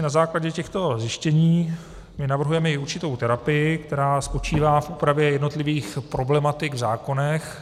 Na základě těchto zjištění navrhujeme i určitou terapii, která spočívá v úpravě jednotlivých problematik v zákonech.